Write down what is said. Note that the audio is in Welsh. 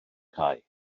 cae